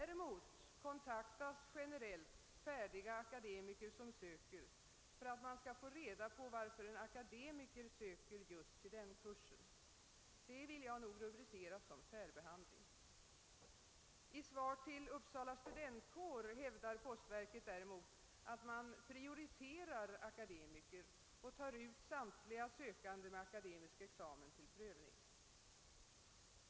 Han framhåller däremot att färdiga akademiker som söker generellt kontaktas för att man skall få reda på varför akademiker söker till just denna kurs. Detta vill jag rubricera som särbehandling. I ett uttalande till Uppsala studentkår hävdar postverket däremot att man prioriterar akademiker och tar ut samtliga sökande med akademisk examen till prövning.